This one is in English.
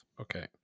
Okay